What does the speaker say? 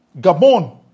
Gabon